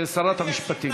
שרת המשפטים.